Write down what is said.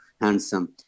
handsome